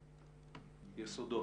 בן-צור מ"יסודות".